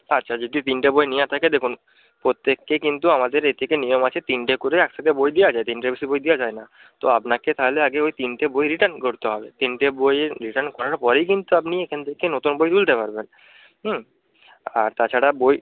আচ্ছা যদি তিনটে বই নেওয়া থাকে দেখুন প্রত্যেককে কিন্তু আমাদের এ থেকে নিয়ম আছে তিনটে করে একসাথে বই দেওয়া যায় তিনটের বেশি বই দেওয়া যায় না তো আপনাকে তাহলে আগে ওই তিনটে বই রিটার্ন করতে হবে তিনটে বইয়ের রিটার্ন করার পরেই কিন্তু আপনি এখান থেকে নতুন বই তুলতে পারবেন আর তাছাড়া বই